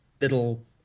little